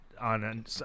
on